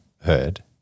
heard